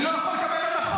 אני לא יכול לקבל הנחות.